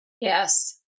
Yes